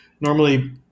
normally